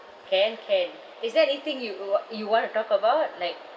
can can is there anything you wa~ you want to talk about like